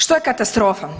Što je katastrofa?